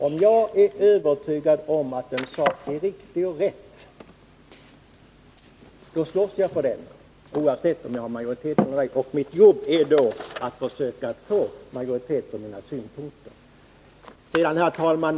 Om jag är övertygad om att en sak är riktig, slåss jag för den, oavsett om jag har majoritet för den eller inte. Det är då min uppgift att försöka få majoritet för mina synpunkter. Herr talman!